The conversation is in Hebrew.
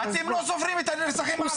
אתם לא סופרים את הנרצחים הערבים.